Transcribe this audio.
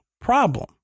problem